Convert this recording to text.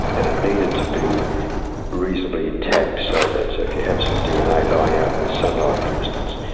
and it needed to be reasonably intact, so that if you had some dna lying out in the sunlight, for instance,